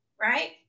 right